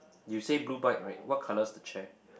you say blue bike right what colours the chair